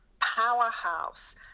powerhouse